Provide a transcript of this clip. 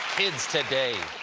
kids today.